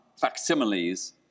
facsimiles